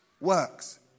works